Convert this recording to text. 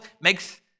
makes